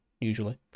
Usually